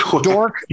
Dork